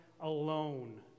alone